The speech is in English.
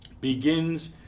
begins